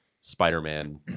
Spider-Man